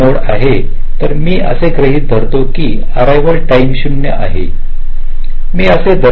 तर मी असे गृहीत धरतो की अररिवाल टाईम 0 आहे मी असे दर्शवित आहे